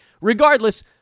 Regardless